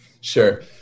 Sure